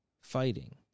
fighting